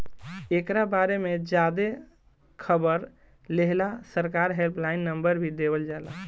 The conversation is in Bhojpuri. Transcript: एकरा बारे में ज्यादे खबर लेहेला सरकार हेल्पलाइन नंबर भी देवल जाला